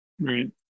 Right